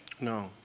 No